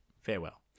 Farewell